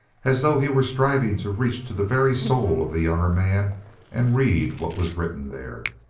as though he were striving to reach to the very soul of the younger man and read what was written there.